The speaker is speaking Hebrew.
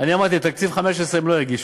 אני אמרתי: תקציב 15 הם לא יגישו.